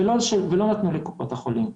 ולא נתנו לקופות החולים.